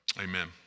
Amen